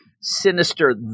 Sinister